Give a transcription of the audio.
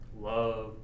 love